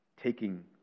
taking